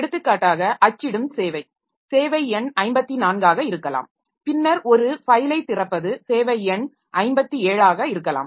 எடுத்துக்காட்டாக அச்சிடும் சேவை சேவை எண் 54 ஆக இருக்கலாம் பின்னர் ஒரு ஃபைலைத் திறப்பது சேவை எண் 57 ஆக இருக்கலாம்